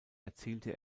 erzielte